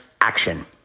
action